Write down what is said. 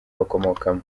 bakomokamo